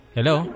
Hello